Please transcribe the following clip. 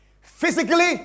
Physically